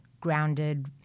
grounded